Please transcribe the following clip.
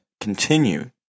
continue